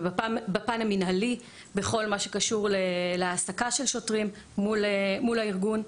ובפן המינהלי בכל מה שקשור להעסקה של שוטרים מול הארגון.